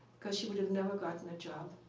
because she would've never gotten a job.